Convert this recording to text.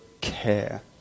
care